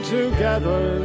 together